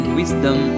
wisdom